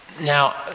Now